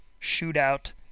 shootout